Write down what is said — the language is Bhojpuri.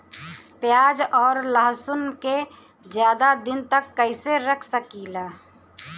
प्याज और लहसुन के ज्यादा दिन तक कइसे रख सकिले?